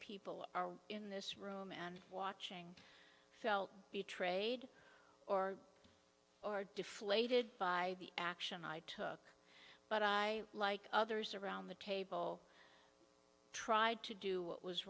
people are in this room and watching felt betrayed or or deflated by the action i took but i like others around the table tried to do w